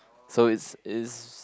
so it's it's